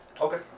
Okay